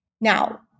Now